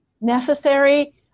necessary